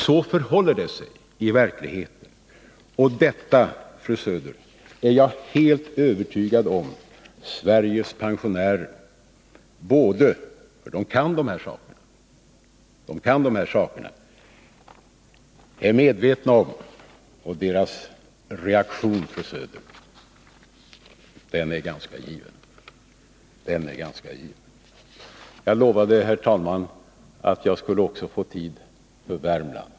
Så förhåller det sig i verkligheten. Och jag är helt övertygad om, fru Söder, att Sveriges pensionärer är medvetna om detta — för de kan de här sakerna. Och deras reaktion, fru Söder, är ganska given. Jag hade hoppats, herr talman, att jag skulle få tid att också säga något om Värmland.